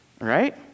right